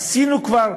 הגענו כבר,